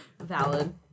Valid